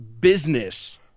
business